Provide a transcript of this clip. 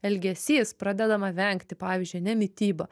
elgesys pradedama vengti pavyzdžiui ane mityba